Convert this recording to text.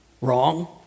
wrong